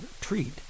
treat